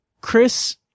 Chris